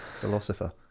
Philosopher